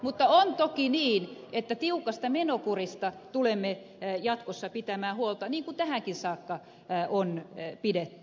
mutta on toki niin että tiukasta menokurista tulemme jatkossa pitämään huolta niin kuin tähänkin saakka on pidetty